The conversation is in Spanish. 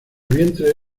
vientre